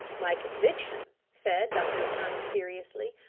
my conviction, said dr. thun seriously,